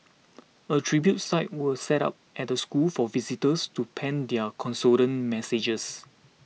a tribute site were set up at the school for visitors to pen their condolence messages